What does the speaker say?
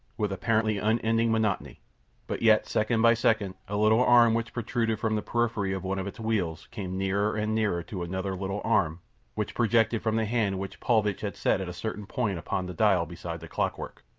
with apparently unending monotony but yet, second by second, a little arm which protruded from the periphery of one of its wheels came nearer and nearer to another little arm which projected from the hand which paulvitch had set at a certain point upon the dial beside the clockwork.